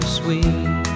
sweet